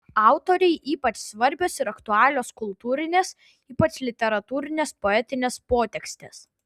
autorei ypač svarbios ir aktualios kultūrinės ypač literatūrinės poetinės potekstės